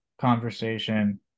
conversation